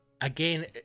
again